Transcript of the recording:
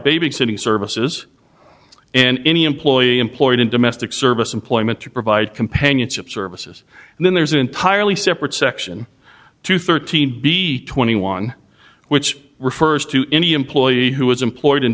babysitting services and any employee employed in domestic service employment to provide companionship services and then there's an entirely separate section two thirteen be twenty one which refers to any employee who is employed